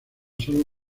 solo